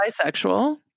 bisexual